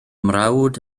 mrawd